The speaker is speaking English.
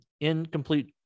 incomplete